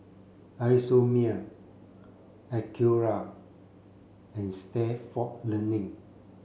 Isomil Acura and Stalford Learning